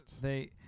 they-